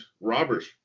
robbers